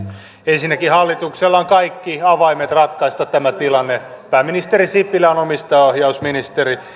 ensinnäkin hallituksella on kaikki avaimet ratkaista tämä tilanne pääministeri sipilä on omistajaohjausministeri